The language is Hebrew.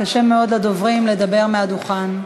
קשה מאוד לדוברים לדבר מהדוכן.